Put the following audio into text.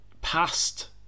past